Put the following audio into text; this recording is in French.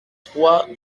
trois